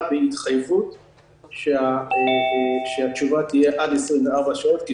בהתחייבות שהתשובה תהיה תוך עד 24 שעות,